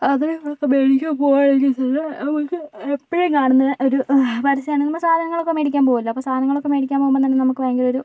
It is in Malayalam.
അതായത് മേടിയ്ക്കാൻ പോയാൽ തന്നെ നമുക്ക് എപ്പോഴും കാണുന്ന ഒരു പരസ്യമാണ് നമ്മൾ സാധനങ്ങളൊക്കെ മേടിക്കാൻ പോകുമല്ലോ അപ്പോൾ സാധനങ്ങളൊക്കെ മേടിക്കാൻ പോകുമ്പോൾ തന്നെ നമുക്ക് ഭയങ്കരമായ ഒരു